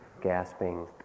gasping